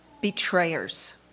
Betrayers